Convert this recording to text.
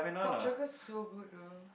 Poptropica's so good though